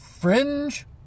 Fringe